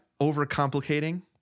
Overcomplicating